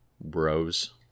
Bros